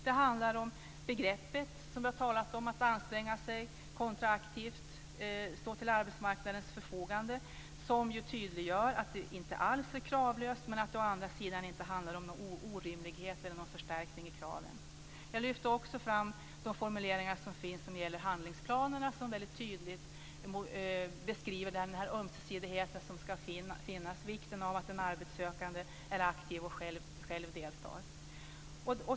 Det handlar om begreppen, som vi talat om, att anstränga sig, att aktivt stå till arbetsmarknadens förfogande som ju tydliggör att det inte alls är kravlöst men att det å andra sidan inte handlar om någon orimlighet och förstärkning i kraven. Jag lyfte också fram de formuleringar som finns om handlingsplanerna och som väldigt tydligt beskriver den ömsesidighet som ska finnas, vikten av att den arbetssökande är aktiv och själv deltar.